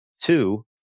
Two